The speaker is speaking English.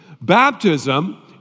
Baptism